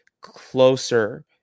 Closer